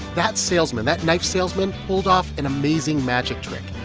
that salesman that knife salesman pulled off an amazing magic trick.